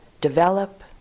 develop